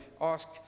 ask